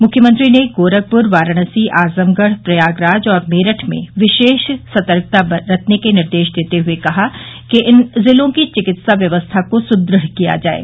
मुख्यमंत्री ने गोरखपुर वाराणसी आजमगढ़ प्रयागराज और मेरठ में विशेष सतर्कता बरतने के निर्देश देते हुए कहा कि इन जिलों की चिकित्सा व्यवस्था को सुदृढ़ किया जाये